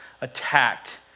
attacked